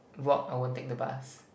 walk I won't take the bus